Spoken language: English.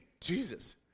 Jesus